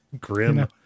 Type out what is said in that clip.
Grim